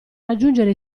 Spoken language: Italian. raggiungere